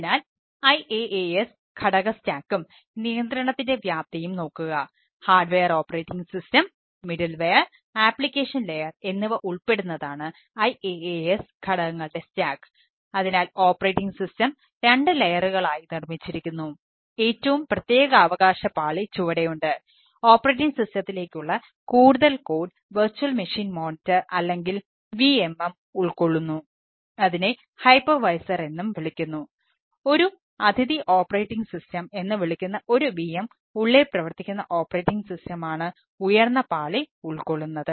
അതിനാൽ IaaS ഘടക സ്റ്റാക്കും ഉയർന്ന പാളി ഉൾക്കൊള്ളുന്നത്